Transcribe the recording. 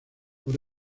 por